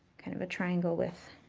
kind of, a triangle with